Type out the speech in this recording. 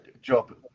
job